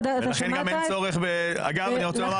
ולכן גם אין צורך ב אגב אני רוצה לומר